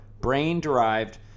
brain-derived